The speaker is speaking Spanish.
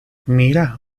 mira